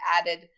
added